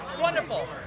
wonderful